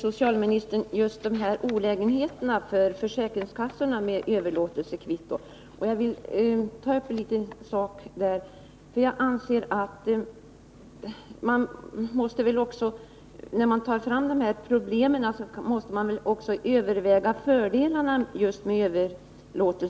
socialministern i svaret nämner olägenheterna för försäkringskassorna med överlåtelsekvitton. Jag vill därför göra ett påpekande. När man tar fram de här problemen med överlåtelsekvittona måste man väl också överväga fördelarna med dem.